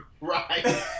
Right